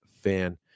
fan